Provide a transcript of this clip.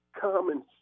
common